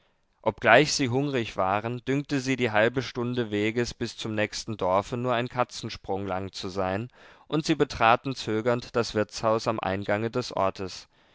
obgleich sie hungrig waren dünkte sie die halbe stunde weges bis zum nächsten dorfe nur ein katzensprung lang zu sein und sie betraten zögernd das wirtshaus am eingange des ortes